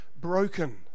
broken